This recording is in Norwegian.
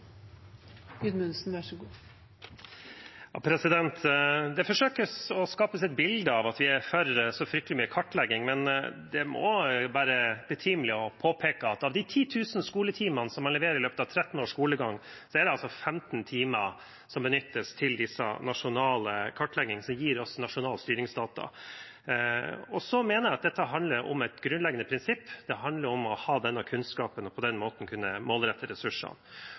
Det forsøkes å skape et bilde av at vi er for så fryktelig mye kartlegging, men det må også være betimelig å påpeke at av de 10 000 skoletimene man leverer i løpet av 13 års skolegang, er det altså 15 timer som benyttes til disse nasjonale kartleggingene som gir oss nasjonale styringsdata. Jeg mener dette handler om et grunnleggende prinsipp. Det handler om å ha denne kunnskapen og på den måten kunne målrette ressursene.